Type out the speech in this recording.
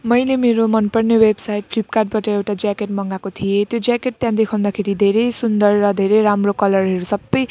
मैले मेरो मनपर्ने वेबसाइट फ्लिपकार्टबाट एउटा ज्याकेट मगाएको थियो त्यो ज्याकेट त्यहाँ देखाउँदाखेरि धेरै सुन्दर र धेरै राम्रो कलरहरू सबै